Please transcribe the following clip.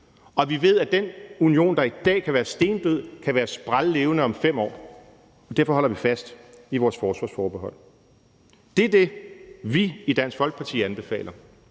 Vi ved, at den union, der i dag kan være stendød, kan være sprællevende om 5 år, og derfor holder vi fast i vores forsvarsforbehold. Det er det, vi i Dansk Folkeparti anbefaler.